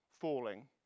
falling